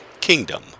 Kingdom